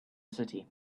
city